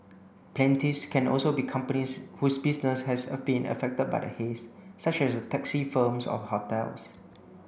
plaintiffs can also be companies whose business has been affected by the haze such as taxi firms or hotels